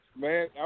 Man